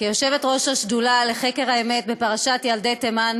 כיושבת-ראש השדולה לחקר האמת בפרשת ילדי תימן,